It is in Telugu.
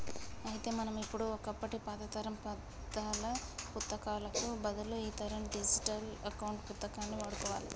అయితే మనం ఇప్పుడు ఒకప్పటి పాతతరం పద్దాల పుత్తకాలకు బదులు ఈతరం డిజిటల్ అకౌంట్ పుస్తకాన్ని వాడుకోవాలి